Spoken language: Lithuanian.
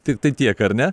tiktai tiek ar ne